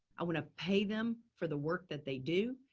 i want to pay them for the work that they do.